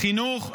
החינוך,